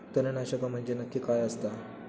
तणनाशक म्हंजे नक्की काय असता?